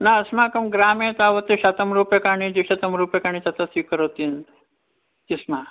न अस्माकं ग्रामे तावत् शतं रूप्यकाणि द्विशतं रूप्यकाणि तत्र स्वीकरोति इति स्म